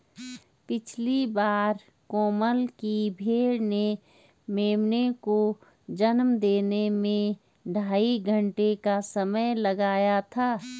पिछली बार कोमल की भेड़ ने मेमने को जन्म देने में ढाई घंटे का समय लगाया था